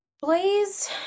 Blaze